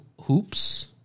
hoops